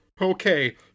Okay